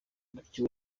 bityo